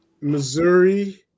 Missouri